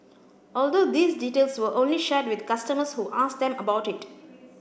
also these details were only shared with customers who asked them about it